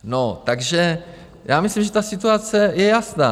No, takže já myslím, že ta situace je jasná.